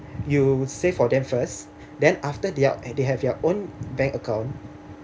you save for them first then after they have they have their own bank account